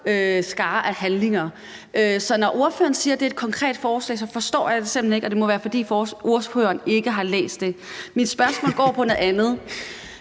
vifte af handlinger. Så når ordføreren siger, at det er et konkret forslag, forstår jeg det simpelt hen ikke, og det må være, fordi ordføreren ikke har læst det. Mit spørgsmål går på noget andet.